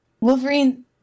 Wolverine